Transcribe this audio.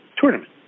tournament